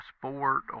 sport